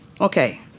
Okay